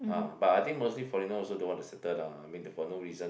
ah but I think mostly foreigner also don't want to settle down I mean for no reason